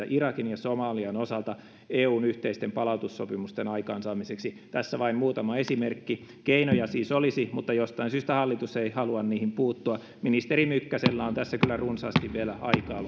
irakin ja somalian osalta eun yhteisten palautussopimusten aikaansaamiseksi tässä vain muutama esimerkki keinoja siis olisi mutta jostain syystä hallitus ei halua niihin puuttua ministeri mykkäsellä on tässä kyllä runsaasti vielä